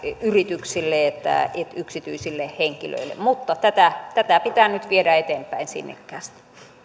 yrityksille että yksityisille henkilöille mutta tätä tätä pitää nyt viedä eteenpäin sinnikkäästi